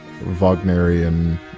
Wagnerian